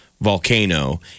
Volcano